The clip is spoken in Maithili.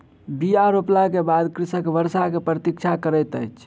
बीया रोपला के बाद कृषक वर्षा के प्रतीक्षा करैत अछि